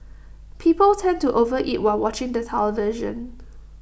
people tend to overeat while watching the television